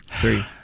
three